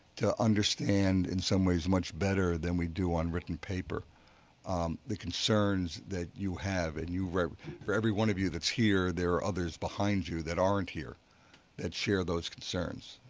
to understand in some ways much better than we do on written paper the concerns that you have. and for for every one of you that's here there are others behind you that aren't here that share those concerns,